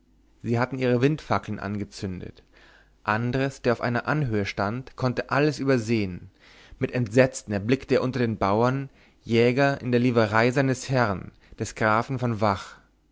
sie hatten ihre windfackeln angezündet andres der auf einer anhöhe stand konnte alles übersehen mit entsetzen erblickte er unter den bauern jäger in der liverei seines herrn des grafen von vach